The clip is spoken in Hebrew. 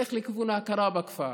נלך לכיוון ההכרה בכפר.